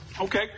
Okay